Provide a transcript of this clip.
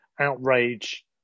outrage